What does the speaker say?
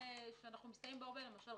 שאנחנו מסתייעים בו הרבה למשל,